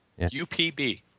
UPB